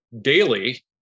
daily